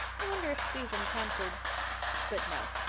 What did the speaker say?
i wonder if susan tampered but no,